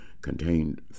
contained